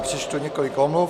Přečtu několik omluv.